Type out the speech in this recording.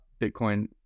Bitcoin